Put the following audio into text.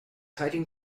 hiding